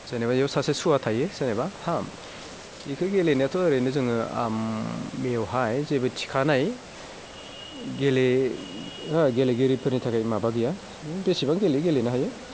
जेनेबा इयाव सासे सुवा थायो एबा हा इखो गेलेनायाथ' ओरैनो जोङो बेवहाय जेबो थिखानाय गेले गेलेगिरिफोरनि थाखाय माबा गैया बेसेबां गेलेयो गेलेनो हायो